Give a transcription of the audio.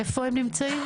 איפה הם נמצאים?